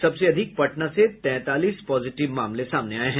सबसे अधिक पटना से तैंतालीस पॉजिटिव मामले सामने आये हैं